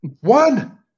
One